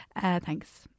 Thanks